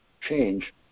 change